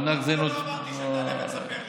מענק זה, לא אמרתי שתעלה ותספר לי?